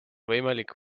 võimalik